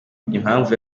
impamvu